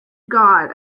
god